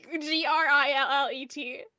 G-R-I-L-L-E-T